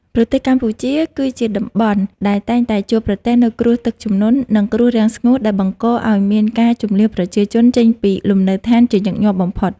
ប្រទេសកម្ពុជា គឺជាតំបន់ដែលតែងតែជួបប្រទះនូវគ្រោះទឹកជំនន់ និងគ្រោះរាំងស្ងួតដែលបង្កឱ្យមានការជម្លៀសប្រជាជនចេញពីលំនៅឋានជាញឹកញាប់បំផុត។